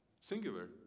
singular